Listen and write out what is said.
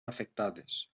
afectades